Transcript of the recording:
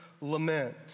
lament